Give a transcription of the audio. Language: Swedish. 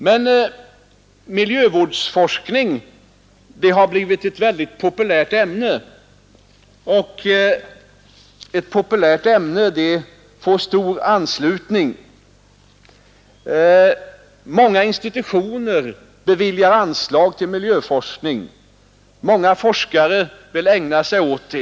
Men miljövårdsforskning har blivit ett väldigt populärt ämne, och ett populärt ämne får stor anslutning. Många institutioner beviljar anslag till miljöforskning, många forskare vill ägna sig åt den.